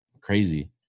crazy